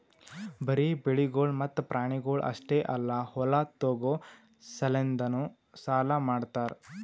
ಬರೀ ಬೆಳಿಗೊಳ್ ಮತ್ತ ಪ್ರಾಣಿಗೊಳ್ ಅಷ್ಟೆ ಅಲ್ಲಾ ಹೊಲ ತೋಗೋ ಸಲೆಂದನು ಸಾಲ ಮಾಡ್ತಾರ್